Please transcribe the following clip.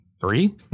three